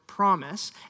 promise